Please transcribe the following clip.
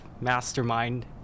mastermind